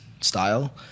style